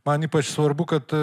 man ypač svarbu kad